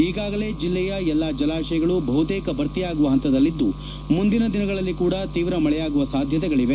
ಈಗಾಗಲೇ ಜಿಲ್ಲೆಯ ಎಲ್ಲಾ ಜಲಾಶಯಗಳು ಬಹುತೇಕ ಭರ್ತಿಯಾಗುವ ಹಂತದಲ್ಲಿದ್ದು ಮುಂದಿನ ದಿನಗಳಲ್ಲಿ ಕೂಡಾ ತೀವ್ರ ಮಳೆಯಾಗುವ ಸಾಧ್ಯತೆಗಳಿದೆ